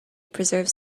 preserves